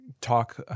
talk